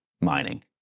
mining